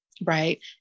Right